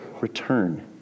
return